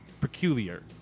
peculiar